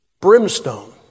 brimstone